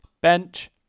bench